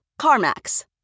CarMax